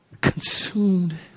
consumed